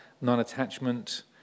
non-attachment